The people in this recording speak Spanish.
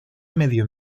medio